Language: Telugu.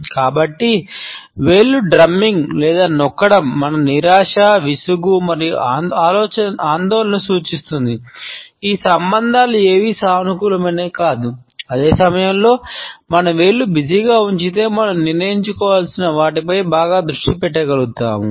కాబట్టి వేళ్లు డ్రమ్మింగ్ ఉంచితే మనం నిర్ణయించుకోవలసిన వాటిపై బాగా దృష్టి పెట్టగలుగుతాము